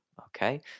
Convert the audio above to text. okay